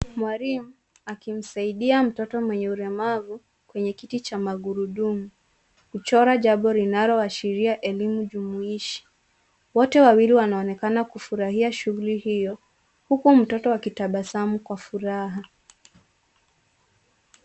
Mwalimu akimsaidia mtoto mwenye ulemavu kwenye kiti cha magurudumu kuchora jambo linaloashiria elimu jumuishi. Wote wawili wanaonekana kufurahia shughuli hiyo huku mtoto akitabasamu kwa furaha.